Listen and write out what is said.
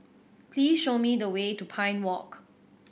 please show me the way to Pine Walk